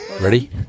Ready